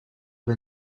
vas